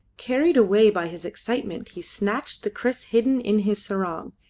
carried away by his excitement, he snatched the kriss hidden in his sarong,